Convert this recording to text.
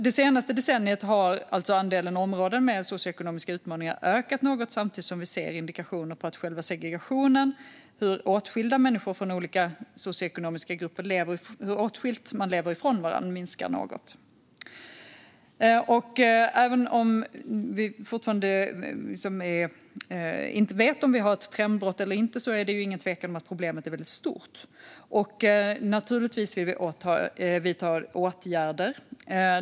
Det senaste decenniet har alltså andelen områden med socioekonomiska utmaningar ökat något samtidigt som vi ser indikationer på att själva segregationen - hur åtskilt människor från olika socioekonomiska grupper lever från varandra - minskar något. Även om vi fortfarande inte vet om vi har ett trendbrott eller inte är det ingen tvekan om att problemet är väldigt stort. Naturligtvis vill vi vidta åtgärder.